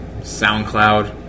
SoundCloud